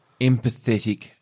empathetic